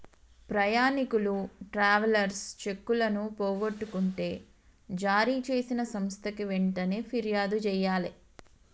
ప్రయాణీకులు ట్రావెలర్స్ చెక్కులను పోగొట్టుకుంటే జారీచేసిన సంస్థకి వెంటనే పిర్యాదు జెయ్యాలే